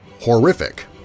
horrific